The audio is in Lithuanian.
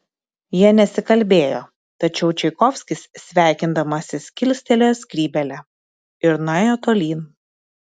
jie nesikalbėjo tačiau čaikovskis sveikindamasis kilstelėjo skrybėlę ir nuėjo tolyn